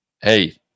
hey